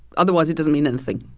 otherwise, it doesn't mean anything.